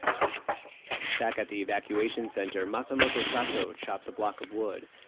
um back at the evacuation center, massamotoh satoh chops a block of wood.